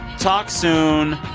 talk soon.